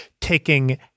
taking